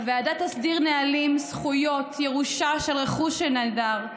הוועדה תסדיר נהלים, זכויות, ירושה של רכוש הנעדר,